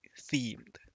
themed